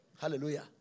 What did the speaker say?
Hallelujah